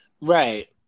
Right